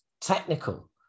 technical